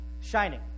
shining